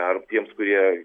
ar tiems kurie